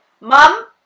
mum